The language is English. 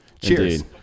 Cheers